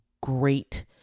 great